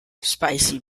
spicy